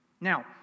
Now